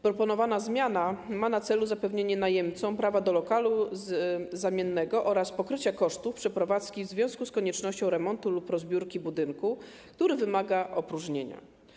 Proponowana zmiana ma na celu zapewnienie najemcom prawa do lokalu zamiennego oraz pokrycia kosztów przeprowadzki w związku z koniecznością remontu lub rozbiórki budynku, który wymaga opróżnienia.